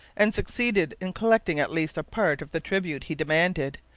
and succeeded in collecting at least a part of the tribute he demanded,